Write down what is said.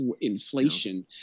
inflation